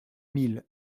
mille